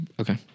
Okay